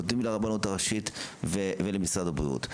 נותנים לרבנות הראשית ולמשרד הבריאות,